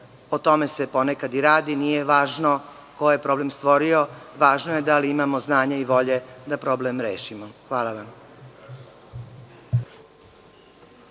O tome se ponekad i radi. Nije važno ko je problem stvorio, važno je da li imamo znanja i volje da problem rešimo. Hvala.